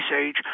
age